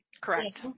Correct